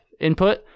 input